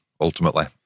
ultimately